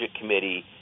Committee